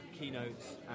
keynotes